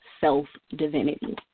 self-divinity